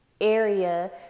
area